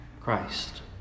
Christ